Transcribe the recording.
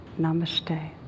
Namaste